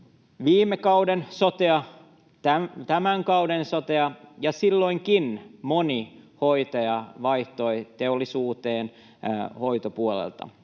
viime kauden sotea, tämän kauden sotea, ja silloinkin moni hoitaja vaihtoi hoitopuolelta